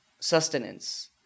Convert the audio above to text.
Sustenance